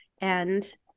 and-